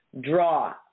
draw